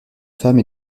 femme